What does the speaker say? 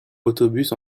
autobus